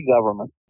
government